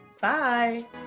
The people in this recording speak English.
Bye